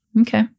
Okay